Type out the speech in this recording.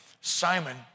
Simon